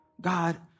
God